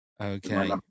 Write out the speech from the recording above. okay